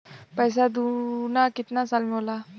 पैसा दूना कितना साल मे होला?